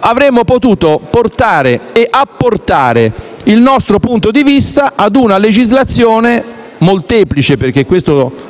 avremmo potuto portare e apportare il nostro punto di vista a una legislazione molteplice, dato che questo